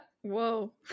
Whoa